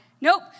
Nope